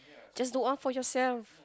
just do all for yourself